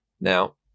Now